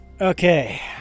Okay